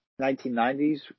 1990s